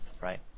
right